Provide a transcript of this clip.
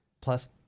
plus